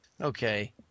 Okay